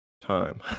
time